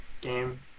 game